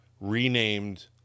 renamed